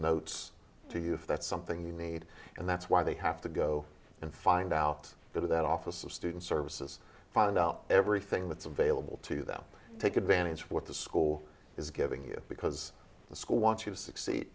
notes to you if that's something you need and that's why they have to go and find out that of that office of student services find out everything that's available to them take advantage of what the school is giving you because the school wants you to succeed